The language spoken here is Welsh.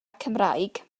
cymraeg